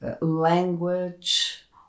language